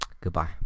Goodbye